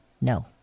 No